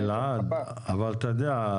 אבל אתה יודע,